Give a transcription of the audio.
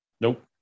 Nope